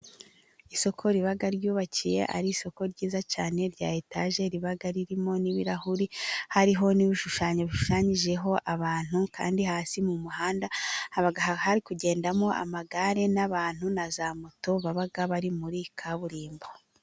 Isoko riba ryubakiye ari isoko ryiza cyane rya etage, riba ririmo n'ibirahuri hariho n'ibishushanyo bishushanyijeho abantu, kandi hasi mu muhanda hari kugendamo amagare n'abantu na za moto baba bari muri kaburimbo.